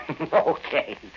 Okay